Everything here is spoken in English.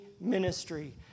ministry